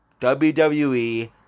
WWE